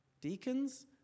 Deacons